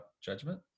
judgment